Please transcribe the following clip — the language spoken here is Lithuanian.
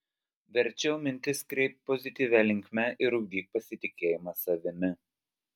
verčiau mintis kreipk pozityvia linkme ir ugdyk pasitikėjimą savimi